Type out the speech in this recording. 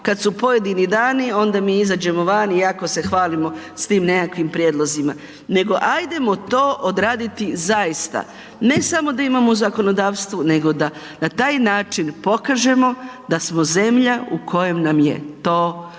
kad su pojedini dani, onda mi izađemo van i jako se hvalimo s tim nekakvim prijedlozima, nego hajdemo to odraditi zaista. Ne samo da imamo u zakonodavstvu nego da na taj način pokažemo da smo zemlja u kojoj nam je to važno